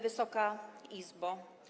Wysoka Izbo!